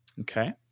Okay